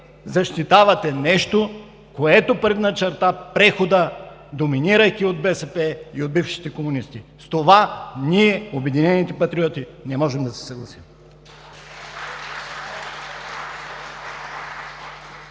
защитавате нещо, което предначерта прехода, доминирайки от БСП и от бившите комунисти. С това ние, „Обединените патриоти“, не можем да се съгласим.